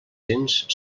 cents